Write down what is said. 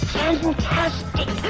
fantastic